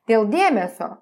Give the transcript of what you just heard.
dėl dėmesio